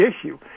issue